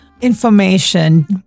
information